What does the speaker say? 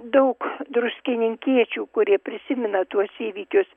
daug druskininkiečių kurie prisimena tuos įvykius